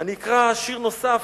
אני אקרא שיר נוסף,